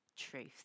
truth